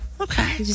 okay